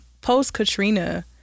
post-Katrina